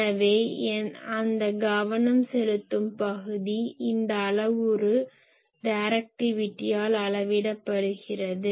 எனவே அந்த கவனம் செலுத்தும் பகுதி இந்த அளவுரு டைரக்டிவிட்டியால் அளவிடப்படுகிறது